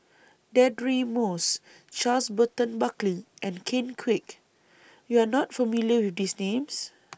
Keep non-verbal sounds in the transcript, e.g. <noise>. Deirdre Moss Charles Burton Buckley and Ken Kwek YOU Are not familiar with These Names <noise>